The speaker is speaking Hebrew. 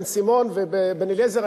בן-סימון ובן-אליעזר,